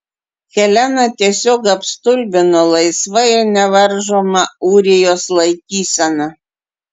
heleną tiesiog apstulbino laisva ir nevaržoma ūrijos laikysena